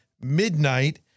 midnight